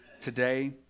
today